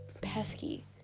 pesky